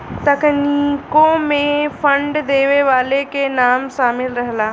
तकनीकों मे फंड देवे वाले के नाम सामिल रहला